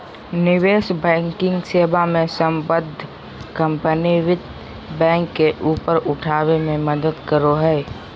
निवेश बैंकिंग सेवा मे सम्बद्ध कम्पनी वित्त बैंक के ऊपर उठाबे मे मदद करो हय